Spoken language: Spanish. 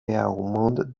beaumont